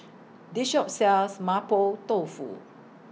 This Shop sells Mapo Tofu